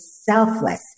selfless